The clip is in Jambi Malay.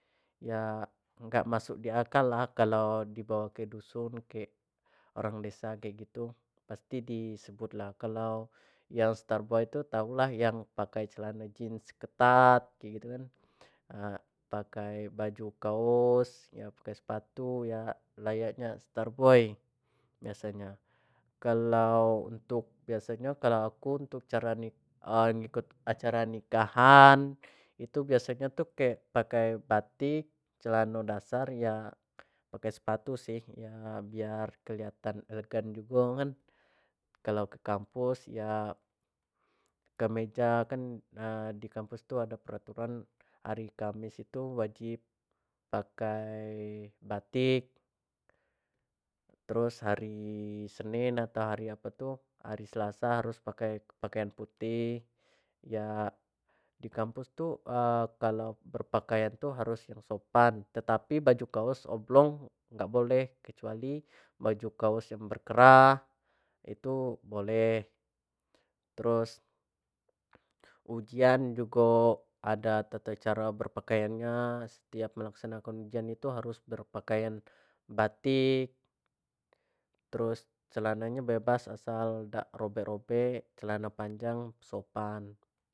Ya dak masuk di akal lah kalau di bawa kedusun kek orang desa kek gitu pasti di sebut lah kalau ya star boy tu tau lah yang pakai celano jeans ketat gitu kan pakai baju kaos yo pakai sepatu ya layak nyo star boy, biaso nyo kalau untuk biaso nyo, kalau aku untuk ngikut acara nikahan biaso nyo tu pake batik, celano dasar ya pake sepatu sih yo biar kelihatan elegan jugo kan, kalau ke kampus ya kemeja kan, kalau di kampus tu ado peraturan hari kamis tu wajib pakai batik terus hari senin atau hari apo tu hari selasa pakai pakain putih ya, di kampus tu kalau berpakaian harus yang sopan tetapi baju kaos oblong dak boleh, kecuali kecuali baju kaos yang berkerah itu, boleh terus, ujian jugo ado tata cara berpakaian nya setiap melaksanakn jian itu harus berpakaian batik terus celano nyo tu bebas asal dak robek-robek celano panjang sopan.